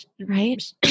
Right